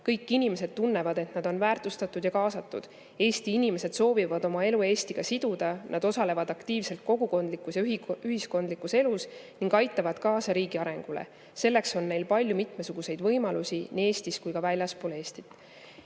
Kõik inimesed tunnevad, et nad on väärtustatud ja kaasatud. Eesti inimesed soovivad oma elu Eestiga siduda, nad osalevad aktiivselt kogukondlikus ja ühiskondlikus elus ning aitavad kaasa riigi arengule – selleks on neil palju mitmesuguseid võimalusi nii Eestis kui ka välismaal